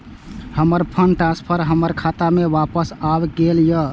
हमर fund transfer हमर खाता में वापस आब गेल या